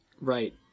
Right